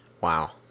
Wow